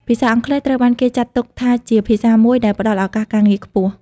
ភាសាអង់គ្លេសត្រូវបានគេចាត់ទុកថាជាភាសាមួយដែលផ្តល់ឱកាសការងារខ្ពស់។